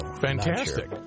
Fantastic